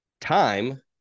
time